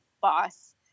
boss